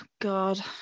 God